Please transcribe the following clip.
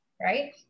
Right